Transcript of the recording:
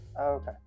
Okay